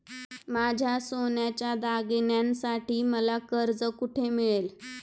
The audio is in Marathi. माझ्या सोन्याच्या दागिन्यांसाठी मला कर्ज कुठे मिळेल?